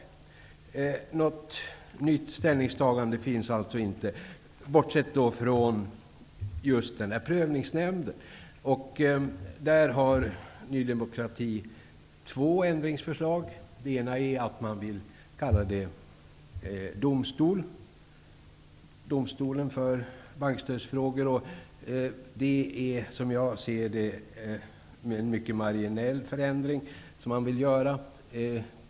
Något nytt ställningstagande finns alltså inte, bortsett från just prövningsnämnden. Där har Ny demokrati två ändringsförslag. Det ena är att man vill kalla nämnden för domstol, Domstolen för bankstödsfrågor. Det är, som jag ser det, en mycket marginell förändring som man vill göra.